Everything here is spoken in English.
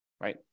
Right